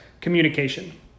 communication